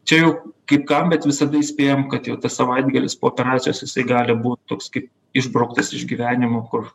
čia jau kaip kam bet visada įspėjam kad jau tas savaitgalis po operacijos jisai gali būt toks kaip išbrauktas iš gyvenimo kur